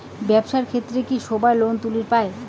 ব্যবসার ক্ষেত্রে কি সবায় লোন তুলির পায়?